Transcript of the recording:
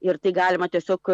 ir tai galima tiesiog